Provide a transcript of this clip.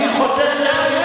אתה אומר שכן?